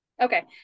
Okay